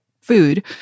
food